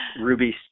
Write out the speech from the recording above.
Ruby